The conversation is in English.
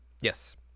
Yes